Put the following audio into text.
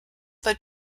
but